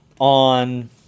on